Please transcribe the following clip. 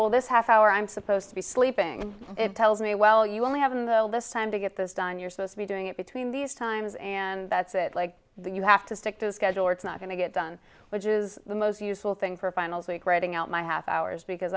well this half hour i'm supposed to be sleeping it tells me well you only have in the us time to get this done you're supposed to be doing it between these times and that's it like you have to stick to a schedule or it's not going to get done which is the most useful thing for finals week reading out my half hours because